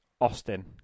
Austin